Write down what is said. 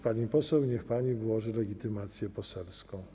Pani poseł, niech pani włoży legitymację poselską.